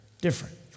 different